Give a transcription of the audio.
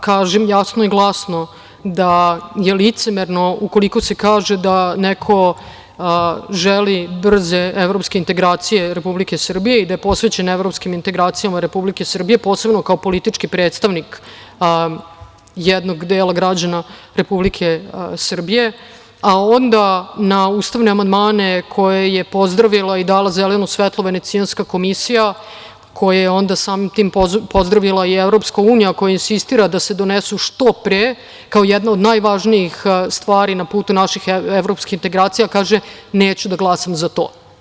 Kažem jasno i glasno da je licemerno ukoliko se kaže da neko želi brze evropske integracije Republike Srbije i da je posvećen evropskim integracijama Republike Srbije, posebno kao politički predstavnik jednog dela građana Republike Srbije, a onda na ustavne amandmane koje je pozdravila i dala zeleno svetlo Venecijanska komisija, koje je onda samim tim pozdravila i EU, koja insistira da se donesu što pre kao jedna od najvažnijih stvari na putu naših evropskih integracija, kaže – neću da glasam za to.